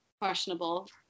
questionable